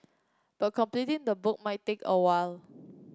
but completing the book might take a while